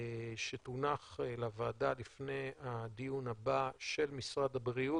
שתונח לוועדה לפני הדיון הבא של משרד הבריאות,